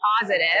positive